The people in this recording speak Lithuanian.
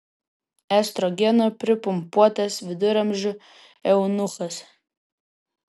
estrogeno pripumpuotas viduramžių eunuchas